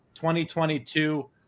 2022